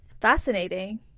fascinating